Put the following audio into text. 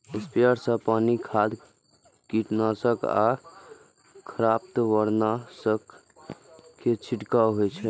sprayer सं पानि, खाद, कीटनाशक आ खरपतवारनाशक के छिड़काव होइ छै